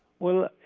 well